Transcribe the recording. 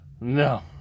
no